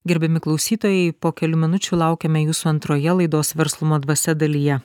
gerbiami klausytojai po kelių minučių laukiame jūsų antroje laidos verslumo dvasia dalyje